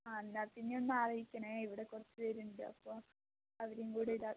ആ എന്ന പിന്നെ ഒന്ന് ആലോചിക്കണേ ഇവിടെ കുറച്ചു പേരുണ്ട് അപ്പോൾ അവരേം കൂടി ഇതാക്കണം